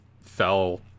fell